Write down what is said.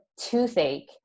toothache